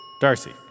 Darcy